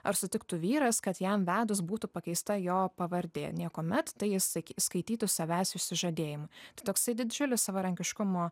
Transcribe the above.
ar sutiktų vyras kad jam vedus būtų pakeista jo pavardė niekuomet tai jis skaitytų savęs išsižadėjimu tai toksai didžiulis savarankiškumo